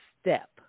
step